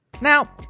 Now